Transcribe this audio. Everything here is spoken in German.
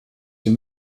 dem